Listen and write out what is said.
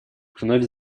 вновь